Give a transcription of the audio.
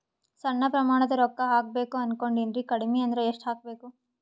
ಸಣ್ಣ ಪ್ರಮಾಣದ ರೊಕ್ಕ ಹಾಕಬೇಕು ಅನಕೊಂಡಿನ್ರಿ ಕಡಿಮಿ ಅಂದ್ರ ಎಷ್ಟ ಹಾಕಬೇಕು?